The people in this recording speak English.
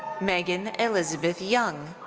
megan elizabeth young.